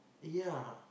ya